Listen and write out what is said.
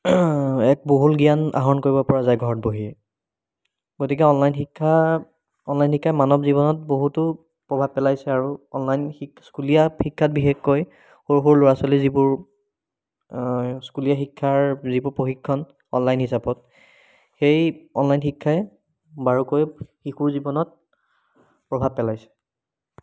এক বহুল জ্ঞান আহৰণ কৰিব পৰা যায় ঘৰত বহিয়েই গতিকে অনলাইন শিক্ষা অনলাইন শিক্ষাই মানব জীৱনত বহুতো প্ৰভাৱ পেলাইছে আৰু অনলাইন শি স্কুলীয়া শিক্ষাত বিশেষকৈ সৰু সৰু ল'ৰা ছোৱালীৰ যিবোৰ স্কুলীয়া শিক্ষাৰ যিবোৰ প্ৰশিক্ষণ অনলাইন হিচাপত সেই অনলাইন শিক্ষাই বাৰুকৈ শিশুৰ জীৱনত প্ৰভাৱ পেলাইছে